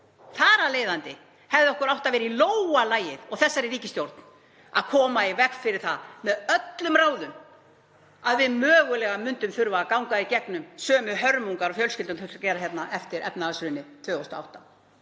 Þar af leiðandi hefði okkur átt að vera í lófa lagið, og þessari ríkisstjórn, að koma í veg fyrir það með öllum ráðum að við þyrftum mögulega að ganga í gegnum sömu hörmungar og fjölskyldur þurftu að gera eftir efnahagshrunið 2008.